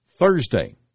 Thursday